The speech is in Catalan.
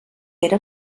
era